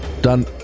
Done